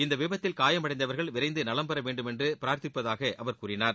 இந்த விபத்தில் காயமடைந்தவர்கள் விரைந்து நலம்பெற வேண்டும் என்று பிராத்திப்பதாக அவர் கூறினார்